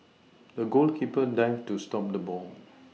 the goalkeeper dived to stop the ball